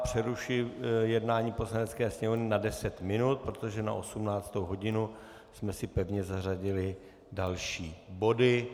Přerušuji jednání Poslanecké sněmovny na deset minut, protože na 18. hodinu jsme si pevně zařadili další body.